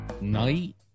night